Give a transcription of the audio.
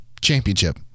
championship